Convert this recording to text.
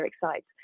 sites